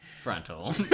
frontal